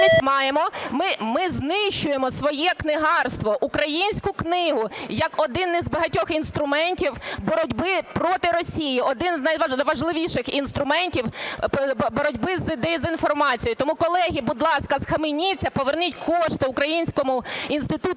Ми знищуємо своє книгарство, українську книгу, як один із багатьох інструментів боротьби проти Росії, один із найважливіших інструментів боротьби з дезінформацією. Тому, колеги, будь ласка, схаменіться, поверніть кошти Українському інституту